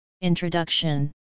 Introduction